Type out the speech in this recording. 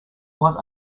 what